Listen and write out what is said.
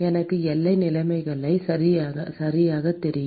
எனக்கு எல்லை நிலைமைகள் சரியாகத் தெரியும்